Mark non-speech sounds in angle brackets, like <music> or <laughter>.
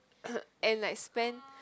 <coughs> and like spend